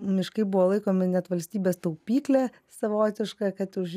miškai buvo laikomi net valstybės taupykle savotiška kad už